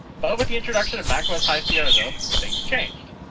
but with the introduction of mac os high sierra though things changed.